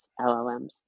LLMs